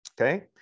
okay